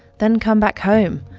then come back home,